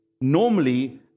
normally